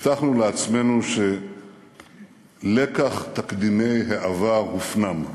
הבטחנו לעצמנו שלקח תקדימי העבר הופנם,